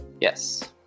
Yes